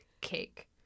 cake